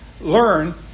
Learn